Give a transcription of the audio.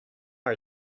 our